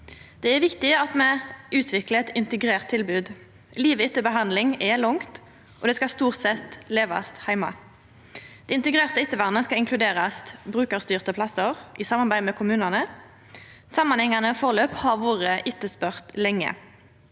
Det er viktig at me utviklar eit integrert tilbod. Livet etter behandling er langt, og det skal stort sett levast heime. Integrert ettervern skal inkludera brukarstyrte plassar i samarbeid med kommunane. Samanhengande forløp har vore etterspurde lenge.